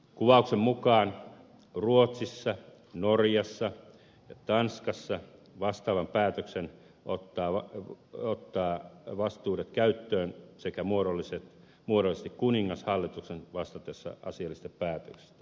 kuvauksen mukaan ruotsissa norjassa ja tanskassa vastaavan päätöksen ottaa valtuudet käyttöön tekee muodollisesti kuningas hallituksen vastatessa asiallisesta päätöksestä